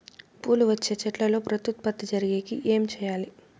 పూలు వచ్చే చెట్లల్లో ప్రత్యుత్పత్తి జరిగేకి ఏమి చేయాలి?